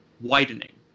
widening